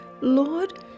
Lord